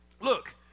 Look